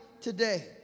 today